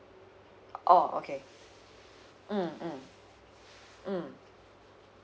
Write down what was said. oh okay mm mm mm